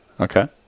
Okay